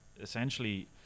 essentially